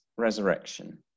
Resurrection